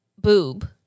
boob